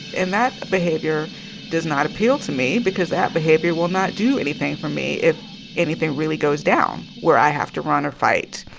and that behavior does not appeal to me because that behavior will not do anything for me if anything really goes down where i have to run or fight.